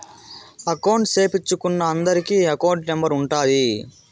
account సేపిచ్చుకున్నా అందరికి account number ఉంటాది